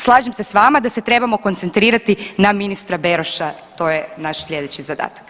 Slažem se sa vama da se trebamo koncentrirati na ministra Beroša, to je naš sljedeći zadatak.